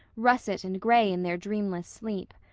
russet and gray in their dreamless sleep.